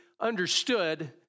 understood